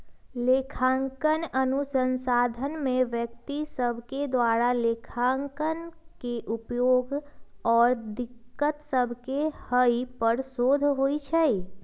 लेखांकन अनुसंधान में व्यक्ति सभके द्वारा लेखांकन के उपयोग आऽ दिक्कत सभके हल पर शोध होइ छै